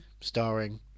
Starring